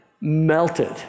melted